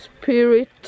spirit